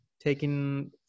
taking